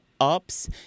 ups